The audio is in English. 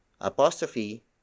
apostrophe